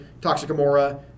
Toxicamora